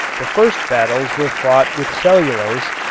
the first battles were fought with cellulose,